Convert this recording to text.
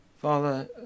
Father